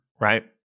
right